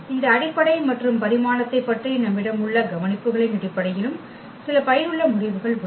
இந்த அடிப்படை மற்றும் பரிமாணத்தைப் பற்றி நம்மிடம் உள்ள கவனிப்புகளின் அடிப்படையில் சில பயனுள்ள முடிவுகள் உள்ளன